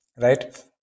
right